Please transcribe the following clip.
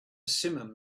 simum